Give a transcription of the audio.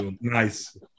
Nice